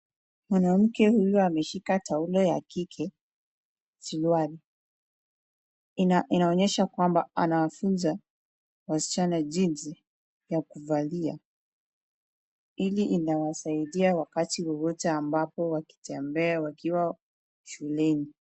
Mwanamke huyu ameshika taulo ya kike suruali. Inaonyesha kwamba anawafunza wasichana jinsi ya kuvalia. Hili inawasaidia wakati wowote wakitembea wakiwa shuleni.